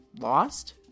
lost